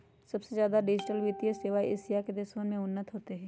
सबसे ज्यादा डिजिटल वित्तीय सेवा एशिया के देशवन में उन्नत होते हई